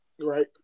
Right